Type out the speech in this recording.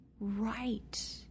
right